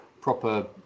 Proper